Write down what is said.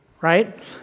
right